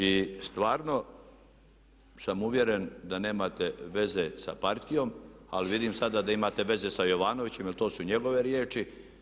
I stvarno sam uvjeren da nemate veze sa partijom, ali vidim sada da imate veze sa Jovanovićem, jer to su njegove riječi.